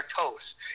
toes